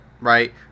right